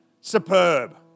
superb